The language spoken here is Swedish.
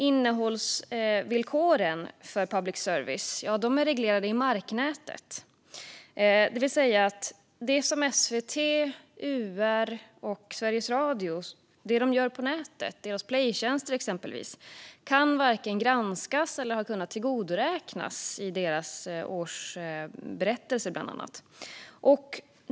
Innehållsvillkoren för public service är reglerade i marknätet, det vill säga att det som SVT, UR och Sveriges Radio gör på nätet, till exempel deras play-tjänster, varken kan granskas eller tillgodoräknas i bland annat årsberättelserna.